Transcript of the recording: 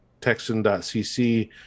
Texan.cc